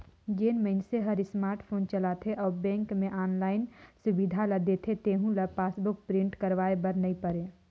जेन मइनसे हर स्मार्ट फोन चलाथे अउ बेंक मे आनलाईन सुबिधा ल देथे तेहू ल पासबुक प्रिंट करवाये बर नई परे